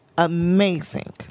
amazing